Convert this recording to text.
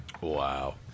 Wow